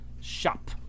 shop